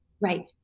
Right